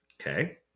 Okay